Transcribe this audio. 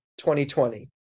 2020